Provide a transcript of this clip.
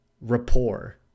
rapport